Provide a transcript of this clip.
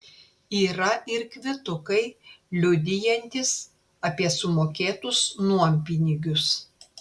yra ir kvitukai liudijantys apie sumokėtus nuompinigius